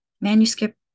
manuscript